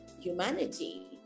humanity